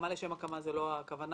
לשם הקמה זו לא הכוונה